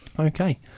Okay